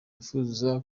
bifuza